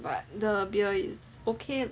but the beer is okay